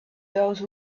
those